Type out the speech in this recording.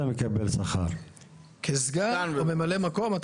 אתה מקבל שכר כסגן או כממלא מקום.